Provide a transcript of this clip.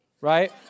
right